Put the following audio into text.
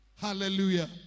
Hallelujah